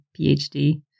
PhD